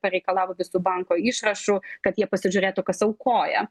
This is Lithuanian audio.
pareikalavo visų banko išrašų kad jie pasižiūrėtų kas aukoja